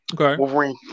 Okay